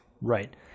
Right